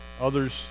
others